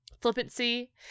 flippancy